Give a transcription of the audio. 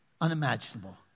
unimaginable